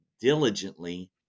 Diligently